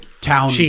town